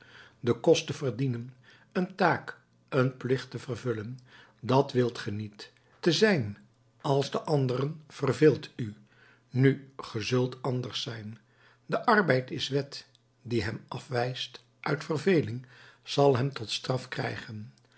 den kost te verdienen een taak een plicht te vervullen dit wilt ge niet te zijn als de anderen verveelt u nu ge zult anders zijn de arbeid is wet die hem afwijst uit verveling zal hem tot straf krijgen